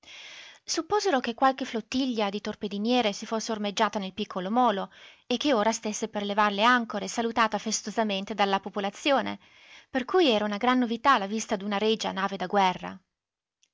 supposero che qualche flottiglia di torpediniere si fosse ormeggiata nel piccolo molo e che ora stesse per levar le ancore salutata festosamente dalla popolazione per cui era una gran novità la vista d'una regia nave da guerra